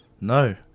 no